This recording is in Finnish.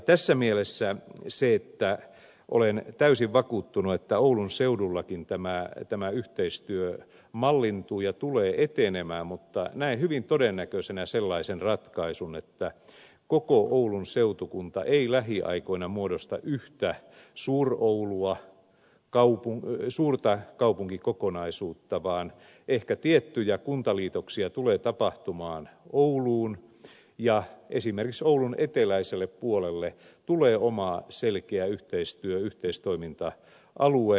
tässä mielessä olen täysin vakuuttunut että oulun seudullakin tämä yhteistyö mallintuu ja tulee etenemään mutta näen hyvin todennäköisenä sellaisen ratkaisun että koko oulun seutukunta ei lähiaikoina muodosta yhtä suur oulua suurta kaupunkikokonaisuutta vaan ehkä tiettyjä kuntaliitoksia tulee tapahtumaan ouluun ja esimerkiksi oulun eteläiselle puolelle tulee oma selkeä yhteistyö yhteistoiminta alue